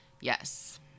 Yes